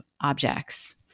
objects